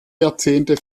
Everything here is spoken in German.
jahrzehnte